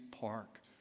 park